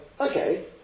okay